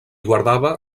guardava